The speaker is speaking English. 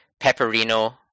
Pepperino